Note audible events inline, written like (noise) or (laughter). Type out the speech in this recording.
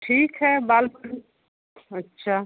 ठीक है बाल (unintelligible) अच्छा